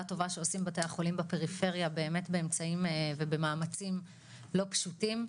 הטובה שעושים בתי החולים בפריפריה באמת באמצעים ובמאמצים לא פשוטים,